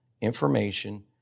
information